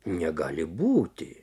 negali būti